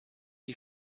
die